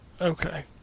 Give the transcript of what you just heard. Okay